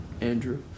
Andrew